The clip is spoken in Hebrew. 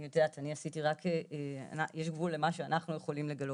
את יודעת יש גבול למה שאנחנו יכולים לגלות,